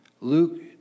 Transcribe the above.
Luke